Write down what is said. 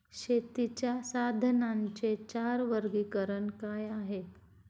शेतीच्या साधनांचे चार वर्गीकरण काय आहे?